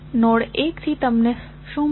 node 1 થી તમને શું મળશે